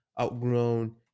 outgrown